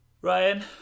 Ryan